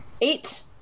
Eight